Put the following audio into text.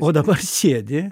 o dabar sėdi